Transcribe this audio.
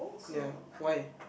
ya why